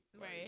Right